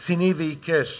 רציני ועיקש